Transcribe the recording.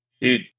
Dude